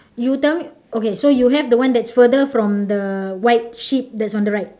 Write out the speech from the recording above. you tell me okay so you have the one that's further from the white sheep that's on the right